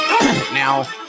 now